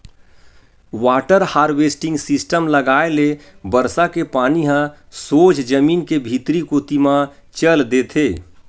water harvesting system लगाए ले बरसा के पानी ह सोझ जमीन के भीतरी कोती म चल देथे